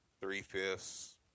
three-fifths